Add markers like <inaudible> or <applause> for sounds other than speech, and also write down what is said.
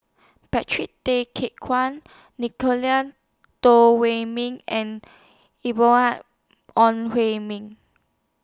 Patrick Tay <unintelligible> Guan Nicolette Teo Wei Min and <unintelligible> Ong Hui Min